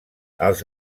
els